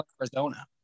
Arizona